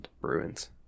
Bruins